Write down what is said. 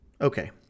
Okay